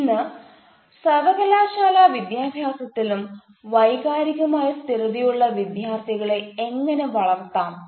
ഇന്ന് സർവകലാശാലാ വിദ്യാഭ്യാസത്തിലും വൈകാരികമായി സ്ഥിരതയുള്ള വിദ്യാർത്ഥികളെ എങ്ങനെ വളർത്താം